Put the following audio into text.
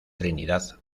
trinidad